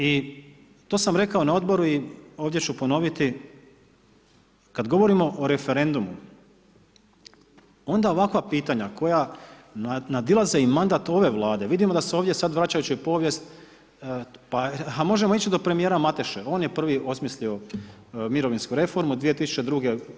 I to sam rekao na odboru i ovdje ću ponoviti, kad govorimo o referendumu, onda ovakva pitanja koja nadilaze i mandat ove Vlade, vidimo da se sad ovdje sad vraćajući u povijest pa a možemo ići do premijera Mateše, on j prvi osmislio mirovinsku reformu, 2002.